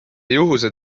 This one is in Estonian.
juhuse